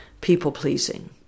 people-pleasing